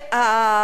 שחיפשנו,